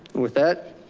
with that,